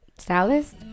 Stylist